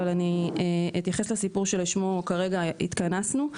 אבל אני אתייחס לסיפור שלשמו כרגע התכנסנו.